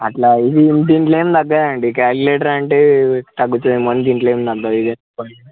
అట్లా ఇది దీంట్లో ఏమి తగ్గదు అండి క్యాల్కులేటర్ అంటే తగ్గుతుంది ఏమో దీంట్లో ఏమి తగ్గదు ఇది